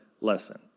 lesson